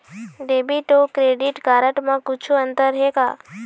Debit अऊ credit card म कुछू अंतर हे का?